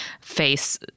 face